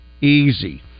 easy